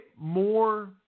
more